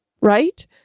right